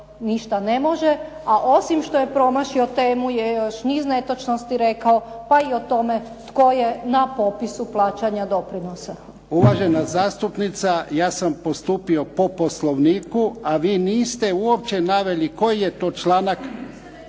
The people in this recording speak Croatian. ništa ne može, a osim što je promašio temu je još niz netočnosti rekao pa i o tome tko je na popisu plaćanja doprinosa. **Jarnjak, Ivan (HDZ)** Uvažena zastupnica, ja sam postupio po Poslovniku, a vi niste uopće naveli koji je to članak